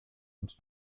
und